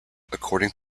according